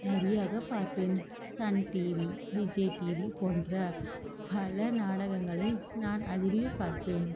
நெறையாக பார்ப்பேன் Sun TV Vijay TV போன்ற பல நாடகங்களை நான் அதுலையும் பார்ப்பேன்